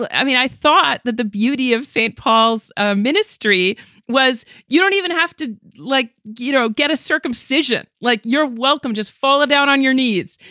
i mean, i thought that the beauty of st. paul's ah ministry was you don't even have to, like, go you know get a circumcision, like, you're welcome. just fall down on your knees.